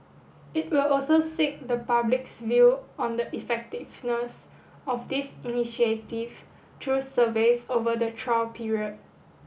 it will also seek the public's view on the effectiveness of this initiative through surveys over the trial period